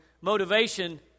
Motivation